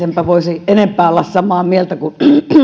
enpä voisi enempää olla samaa mieltä kuin